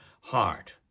heart